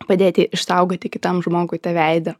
padėti išsaugoti kitam žmogui tą veidą